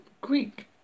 Greek